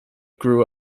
grew